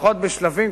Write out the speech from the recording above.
לפחות בשלבים,